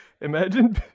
Imagine